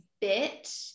bit